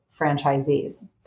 franchisees